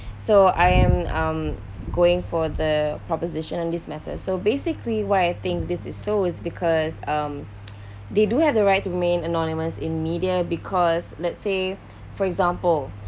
so I am um going for the proposition on this matter so basically why I think this is so is because um they do have the right to remain anonymous in media because let's say for example